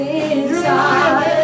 inside